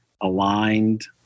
aligned